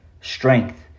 strength